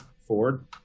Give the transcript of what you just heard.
Ford